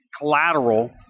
collateral